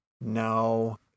No